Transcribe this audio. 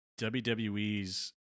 WWE's